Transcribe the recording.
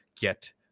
get